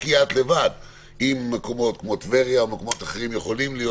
תבדקי את לבד אם מקומות כמו טבריה או אחרים יכולים להיות